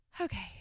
okay